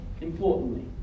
importantly